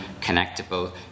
connectable